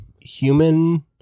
human